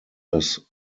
das